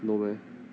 no meh